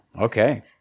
okay